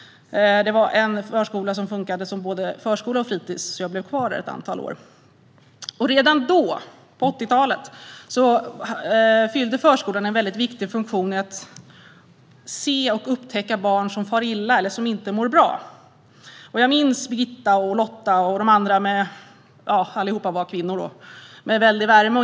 Det var en förskola som fungerade som både förskola och fritis, och jag blev kvar där ett antal år. Redan på 80-talet fyllde förskolan en viktig funktion i att se och upptäcka barn som far illa eller som inte mår bra. Jag minns Birgitta, Lotta och de andra - alla var kvinnor - med värme.